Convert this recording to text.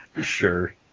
sure